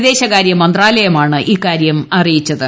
പിദേശകാര്യമന്ത്രാലയമാണ് ഇക്കാര്യം അറിയിച്ചത്